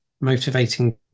motivating